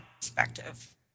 perspective